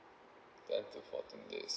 ten to fourteen days